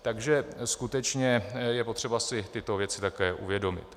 Takže skutečně je potřeba si tyto věci také uvědomit.